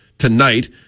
Tonight